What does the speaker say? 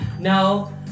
No